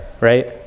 right